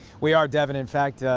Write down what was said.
we are, devin. in fact,